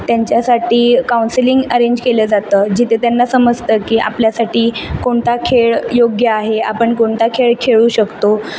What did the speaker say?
त्यांच्यासाठी counselling arrange केलं जातं जिथे त्यांना समजतं की आपल्यासाठी कोणता खेळ योग्य आहे आपण कोणता खेळ खेळू शकतो